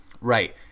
Right